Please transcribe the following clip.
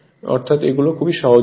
অর্থাৎ এগুলো খুবই সহজ জিনিস